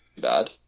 bad